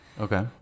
Okay